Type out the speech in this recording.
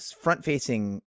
front-facing